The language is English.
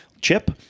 chip